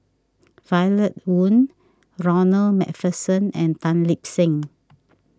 Violet Oon Ronald MacPherson and Tan Lip Seng